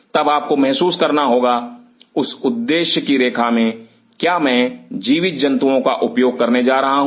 तब आपको महसूस करना होगा उस उद्देश्य की रेखा मे क्या मैं जीवित जंतुओं का उपयोग करने जा रहा हूं